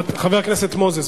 חבר הכנסת מנחם אליעזר מוזס,